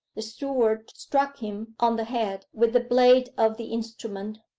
the steward struck him on the head with the blade of the instrument.